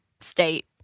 state